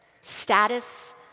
status